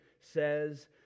says